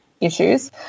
issues